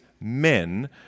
men